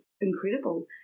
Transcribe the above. incredible